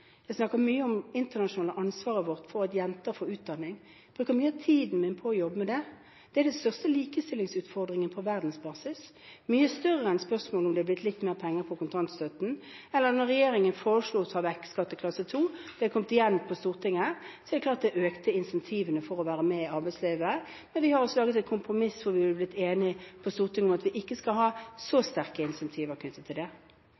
Jeg snakker mye om ansvaret vårt internasjonalt for at jenter får utdanning. Jeg bruker mye av tiden min på å jobbe med det. Det er den største likestillingsutfordringen på verdensbasis, mye større enn spørsmålet om det er blitt litt mer penger til kontantstøtten. Eller når regjeringen foreslo å ta vekk skatteklasse 2 – det har kommet igjen på Stortinget – er det klart at det økte incentivene til å være med i arbeidslivet. Men vi har også laget et kompromiss hvor vi har blitt enige på Stortinget om at vi ikke skal ha så sterke incentiver knyttet til det.